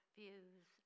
views